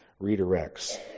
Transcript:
redirects